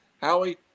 Howie